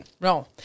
No